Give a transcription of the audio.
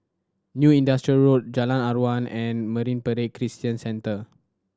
New Industrial Road Jalan Aruan and Marine Parade Christian Centre